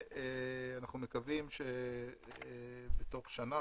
אנחנו מקווים שתוך שנה,